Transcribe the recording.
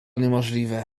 niemożliwe